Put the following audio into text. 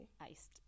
Iced